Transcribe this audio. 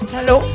Hello